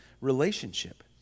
relationship